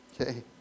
okay